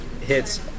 hits